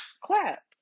clap